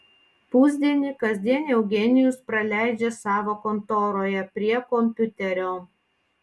pusdienį kasdien eugenijus praleidžia savo kontoroje prie kompiuterio